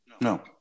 No